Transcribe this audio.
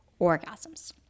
orgasms